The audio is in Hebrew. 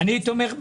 אני תומך בזה,